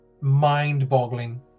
mind-boggling